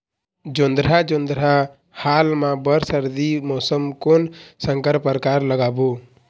जोंधरा जोन्धरा हाल मा बर सर्दी मौसम कोन संकर परकार लगाबो?